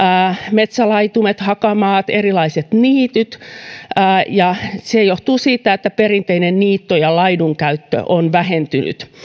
metsälaitumet hakamaat erilaiset niityt se johtuu siitä että perinteinen niitto ja laidunkäyttö ovat vähentyneet